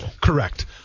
Correct